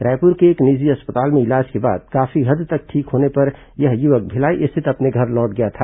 रायपुर के एक निजी अस्पताल में इलाज के बाद काफी हद तक ठीक होने पर यह युवक भिलाई स्थित अपने घर लौट गया था